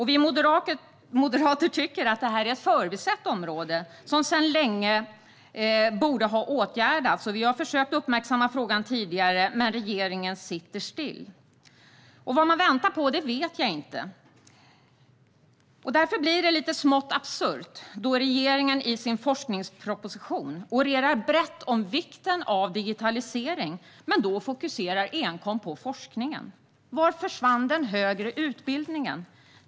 Vi moderater tycker att detta är ett förbisett område som sedan länge borde ha åtgärdats. Vi har försökt uppmärksamma frågan tidigare, men regeringen sitter still. Vad man väntar på vet jag inte. Därför blir det lite smått absurt då regeringen i sin forskningsproposition orerar brett om vikten av digitalisering, men då fokuserar enkom på forskningen. Var försvann den högre utbildningen?